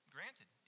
Granted